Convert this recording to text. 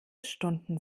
stunden